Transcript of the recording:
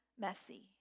messy